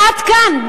עד כאן.